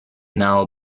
now